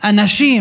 אנשים,